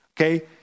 okay